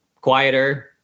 quieter